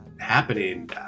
happening